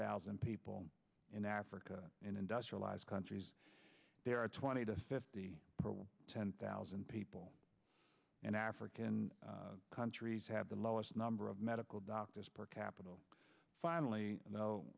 thousand people in africa in industrialized countries there are twenty to fifty ten thousand people in african countries have the lowest number of medical doctors per capita finally